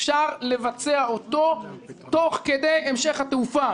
אפשר לבצע אותו תוך כדי המשך התעופה.